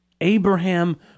Abraham